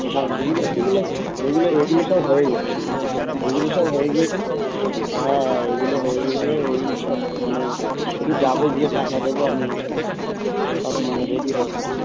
হ্যাঁ এগুলো সব হয়ে গেছে এগুলো সব হয়ে গিয়েছে হ্যাঁ হ্যাঁ এগুলো হয়ে গিয়েছে ওই সব মানে শুধু যাবো গিয়ে টাকা দেবো আর নিয়ে চলে আসবো সব মানে রেডি হয়ে গেছে